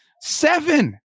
seven